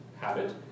habit